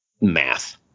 math